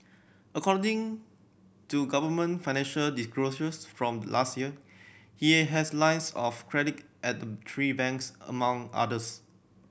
according to government financial disclosures from last year he has lines of credit at the three banks among others